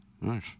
Nice